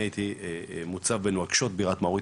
אני הייתי מוצב בבירת מאוריטניה,